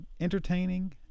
Entertaining